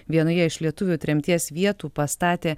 vienoje iš lietuvių tremties vietų pastatė